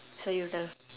so you tell